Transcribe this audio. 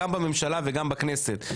גם בממשלה וגם בכנסת.